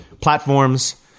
platforms